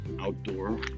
outdoor